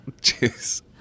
Cheers